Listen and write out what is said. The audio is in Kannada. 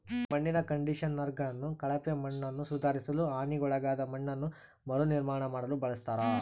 ಮಣ್ಣಿನ ಕಂಡಿಷನರ್ಗಳನ್ನು ಕಳಪೆ ಮಣ್ಣನ್ನುಸುಧಾರಿಸಲು ಹಾನಿಗೊಳಗಾದ ಮಣ್ಣನ್ನು ಮರುನಿರ್ಮಾಣ ಮಾಡಲು ಬಳಸ್ತರ